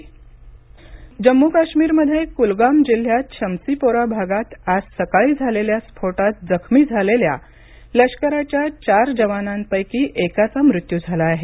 कलगाम स्फोट जम्मू काश्मीरमध्ये कुलगाम जिल्ह्यात शम्सिपोरा भागात आज सकाळी झालेल्या स्फोटात जखमी झालेल्या लष्कराच्या चार जवानांपैकी एकाचा मृत्यू झाला आहे